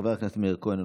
חבר הכנסת מאיר כהן,